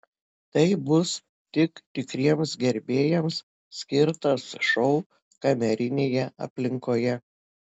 tai bus tik tikriems gerbėjams skirtas šou kamerinėje aplinkoje